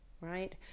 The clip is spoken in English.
right